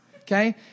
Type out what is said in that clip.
okay